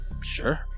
sure